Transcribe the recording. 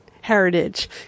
Heritage